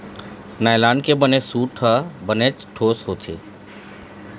nylon के बने सूत ह बनेच ठोस होथे